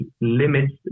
limits